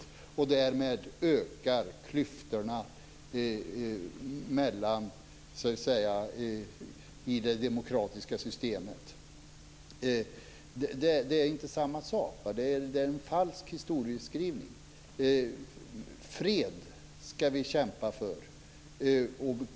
Därmed ökar klyftorna i det demokratiska systemet. Detta är inte samma sak - det är en falsk historieskrivning. Vi ska kämpa för fred.